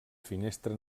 finestra